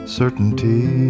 certainty